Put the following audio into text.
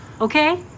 Okay